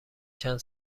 چند